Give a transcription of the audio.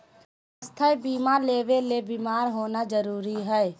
स्वास्थ्य बीमा लेबे ले बीमार होना जरूरी हय?